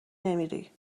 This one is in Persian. نمیری